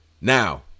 Now